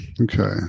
Okay